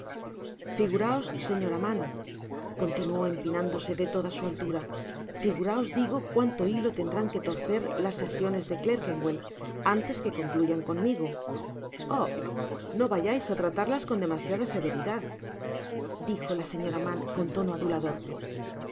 señora mann continuó empinándose de toda su alturafiguraos digo cuanto hilo tendrán que torcer las sesiones de clerkenwell antes que concluyan conmigo oh no vayais á tratarlas con demasiada severidad dijo la señora mann con tono adulador